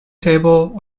table